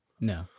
no